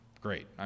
Great